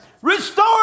Restore